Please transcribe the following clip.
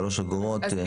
שלוש אגורות.